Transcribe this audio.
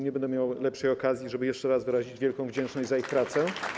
Nie będę miał lepszej okazji, żeby jeszcze raz wyrazić wielką wdzięczność za ich pracę.